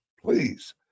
please